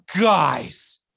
guys